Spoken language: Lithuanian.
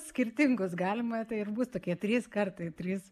skirtingus galima tai ir bus tokie trys kartai trys